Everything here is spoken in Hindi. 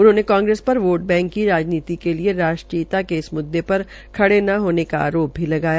उन्होंने कांग्रेस पर वोट बैंक की राजनीति के लिये राष्ट्रयिता के इस मुद्दे पर खड़े न होने का आरोप भी लगाया